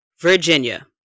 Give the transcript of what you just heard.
Virginia